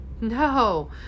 No